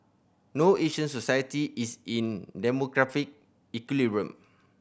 no Asian society is in demographic equilibrium